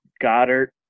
Goddard